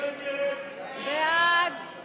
ההסתייגות (8)